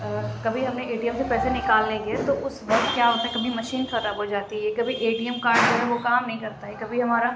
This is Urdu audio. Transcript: کبھی ہمیں اے ٹی ایم سے پیسے نکالنے گئے تو اس وقت کیا ہوتا ہے کبھی مشین خراب ہو جاتی ہے کبھی اے ٹی ایم کارڈ جو ہے وہ کام نہیں کرتا ہے کبھی ہمارا